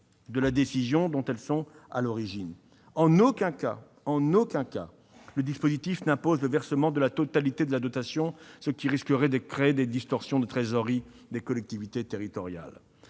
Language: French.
de la décision dont elles sont à l'origine. En aucun cas le dispositif n'impose le versement de la totalité de la dotation, ce qui risquerait de créer des distorsions de trésorerie des collectivités territoriales.